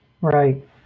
Right